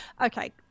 okay